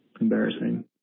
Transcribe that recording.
embarrassing